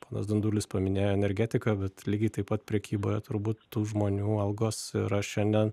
ponas dundulis paminėjo energetiką bet lygiai taip pat prekyboje turbūt tų žmonių algos yra šiandien